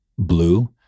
blue